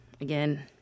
again